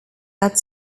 out